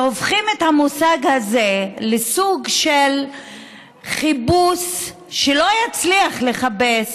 והופכים את המושג הזה לסוג של כיבוס שלא יצליח לכבס